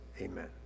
amen